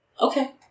Okay